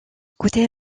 côté